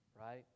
right